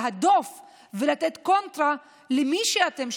להדוף ולתת קונטרה למי שאתם,